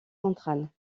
centrale